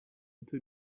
into